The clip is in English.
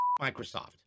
Microsoft